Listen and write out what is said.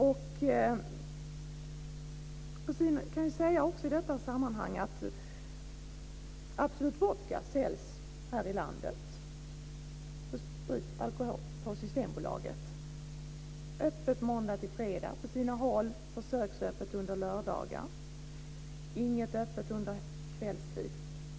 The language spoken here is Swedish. Jag kan säga i detta sammanhang att Absolut Vodka säljs här i landet på Systembolaget, öppet måndag-fredag, på sina håll försöksöppet under lördagar, inte öppet under kvällstid.